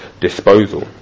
disposal